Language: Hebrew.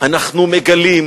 אנחנו מגלים,